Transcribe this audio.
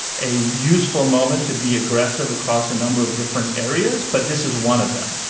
a useful moment to be aggressive across a number of different areas. but this is one of them.